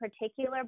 particular